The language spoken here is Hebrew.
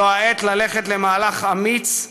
זו העת ללכת למהלך אמיץ.